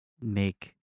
make